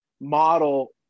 model